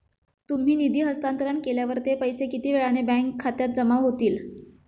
तुम्ही निधी हस्तांतरण केल्यावर ते पैसे किती वेळाने बँक खात्यात जमा होतील?